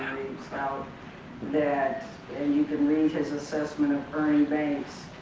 doubt that and you can read his assessment of ernie banks,